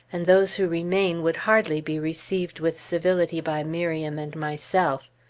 and those who remain would hardly be received with civility by miriam and myself.